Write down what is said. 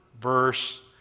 verse